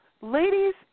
Ladies